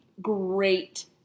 great